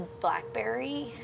Blackberry